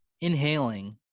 inhaling